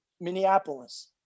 Minneapolis